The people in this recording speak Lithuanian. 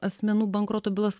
asmenų bankroto bylos